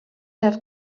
have